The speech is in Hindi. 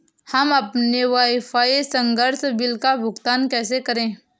हम अपने वाईफाई संसर्ग बिल का भुगतान कैसे करें?